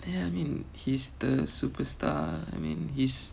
ya I mean he's the superstar I mean he's